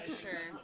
sure